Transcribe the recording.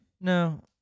No